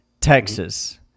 Texas